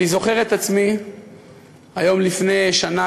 אני זוכר את עצמי היום לפני שנה,